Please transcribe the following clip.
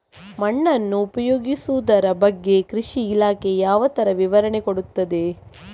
ಮಣ್ಣನ್ನು ಉಪಯೋಗಿಸುದರ ಬಗ್ಗೆ ಕೃಷಿ ಇಲಾಖೆ ಯಾವ ತರ ವಿವರಣೆ ಕೊಡುತ್ತದೆ?